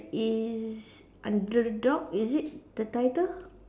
is underdog is it the title